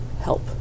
Help